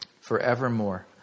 forevermore